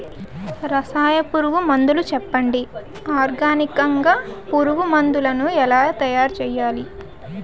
రసాయన పురుగు మందులు చెప్పండి? ఆర్గనికంగ పురుగు మందులను ఎలా తయారు చేయాలి?